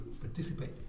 participate